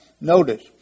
notice